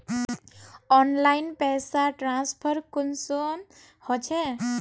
Online पैसा transfer कुंसम होचे?